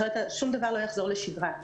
אחרת שום דבר לא יחזור לשגרה.